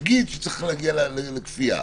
נגיד שצריך להגיע לכפייה,